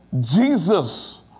Jesus